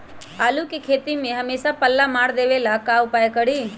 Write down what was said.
आलू के खेती में हमेसा पल्ला मार देवे ला का उपाय करी?